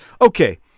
Okay